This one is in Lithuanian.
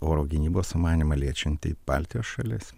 oro gynybos sumanymą liečiantį baltijos šalis